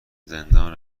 زندان